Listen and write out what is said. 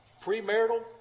Premarital